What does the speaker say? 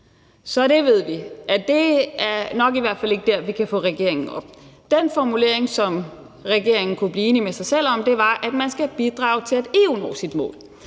Så vi ved, at det nok i hvert fald ikke er der, vi kan få regeringen op. Den formulering, som regeringen kunne blive enig med sig selv om, var, at man skal bidrage til, at EU når sit mål.